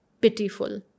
pitiful